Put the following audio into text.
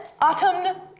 autumn